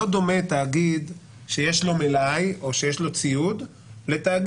לא דומה תאגיד שיש לו מלאי או שיש לו ציוד לתאגיד